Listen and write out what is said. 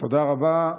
תודה רבה.